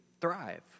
thrive